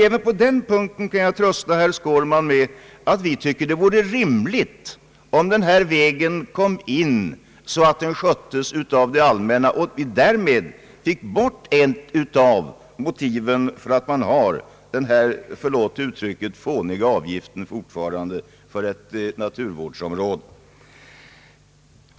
Även på den punkten kan jag trösta herr Skårman med att vi tycker det vore rimligt att ifrågavarande väg sköttes av det allmänna, så att man därmed undanröjde ett av motiven för att man fortfarande har kvar, förlåt uttrycket, den här fåniga avgiften för ett naturvårdsområde.